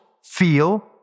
feel